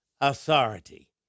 authority